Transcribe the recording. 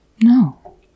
No